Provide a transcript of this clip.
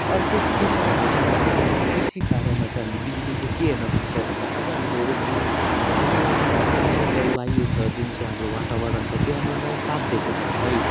अर्को चाहिँ के छ भन्दा सम्बन्धी चाहिँ हामी कृषिकार्यमा चाहिँ हामीले बिजुलीको के हेर्न सक्छ भन्दा अब हामीले हेर्यो भने अहिले जुन चाहिँ जलवायु छ जुन चाहिँ हाम्रो वातावरण छ त्यो हाम्रो लागि सात दिएको छैन है